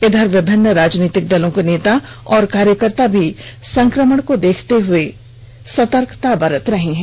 इधर विभिन्न राजनीतिक दलों के नेता और कार्यकर्ता भी संक्रमण के खतरे से सहमे हुए हैं